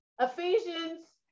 Ephesians